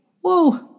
Whoa